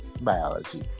biology